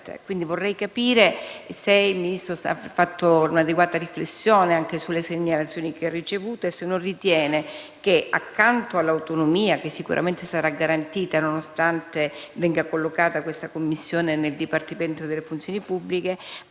sette). Vorrei capire se la Ministra ha fatto un'adeguata riflessione anche sulle segnalazioni che ha ricevuto e se non ritiene che, accanto all'autonomia che sicuramente sarà garantita, nonostante questa commissione venga collocata nel Dipartimento della funzione pubblica,